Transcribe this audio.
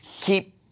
Keep